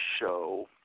show